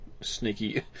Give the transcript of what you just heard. sneaky